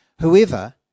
whoever